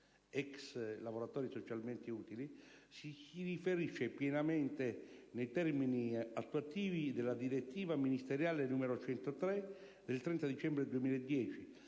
(ex lavoratori socialmente utili), si inserisce pienamente nei termini attuativi della direttiva ministeriale n. 103 del 30 dicembre 2010,